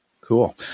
Cool